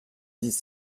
dix